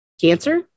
cancer